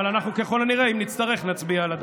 אבל אנחנו ככל הנראה, אם נצטרך, נצביע על הדבר.